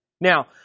Now